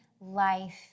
life